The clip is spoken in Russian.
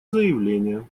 заявление